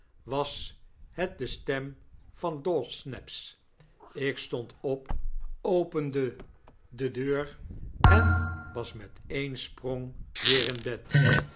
was het de stem van dawsnaps ik stond op opende de deur en was met een sprong weer in bed